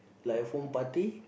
like a foam party